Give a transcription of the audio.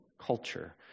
culture